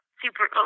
super